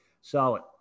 Solid